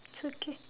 it's okay